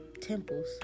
temples